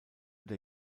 der